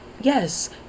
yes